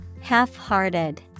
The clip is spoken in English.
Half-hearted